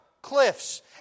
Cliffs